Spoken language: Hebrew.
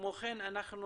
כמו כן אנחנו